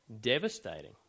devastating